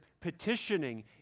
petitioning